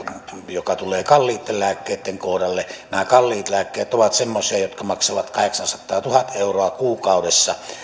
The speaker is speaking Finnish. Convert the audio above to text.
joka tulee kalliitten lääkkeitten kohdalle nämä kalliit lääkkeet ovat semmoisia jotka maksavat kahdeksansataa viiva tuhat euroa kuukaudessa